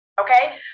Okay